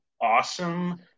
awesome